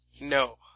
No